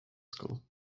school